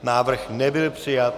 Návrh nebyl přijat.